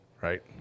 right